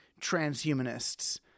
transhumanists